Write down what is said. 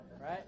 right